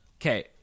Okay